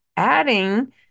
adding